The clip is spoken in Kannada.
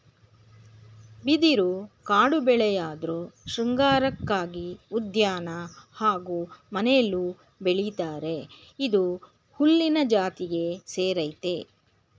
ಬಿದಿರು ಕಾಡುಬೆಳೆಯಾಧ್ರು ಶೃಂಗಾರಕ್ಕಾಗಿ ಉದ್ಯಾನ ಹಾಗೂ ಮನೆಲೂ ಬೆಳಿತರೆ ಇದು ಹುಲ್ಲಿನ ಜಾತಿಗೆ ಸೇರಯ್ತೆ